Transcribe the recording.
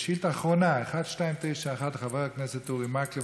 שאילתה אחרונה, מס' 1291, של חבר הכנסת אורי מקלב.